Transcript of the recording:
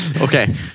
Okay